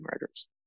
murders